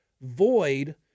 void